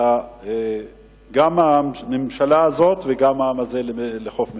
את המדינה הזאת וגם את העם הזה לחוף מבטחים.